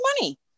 money